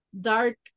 dark